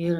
ir